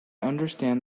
understand